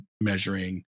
measuring